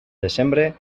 desembre